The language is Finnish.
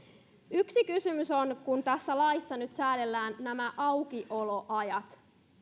yksi kysymys on kun tässä laissa nyt säädellään nämä aukioloajat